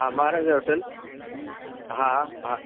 महाराजा hotel हा हा